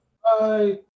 Hi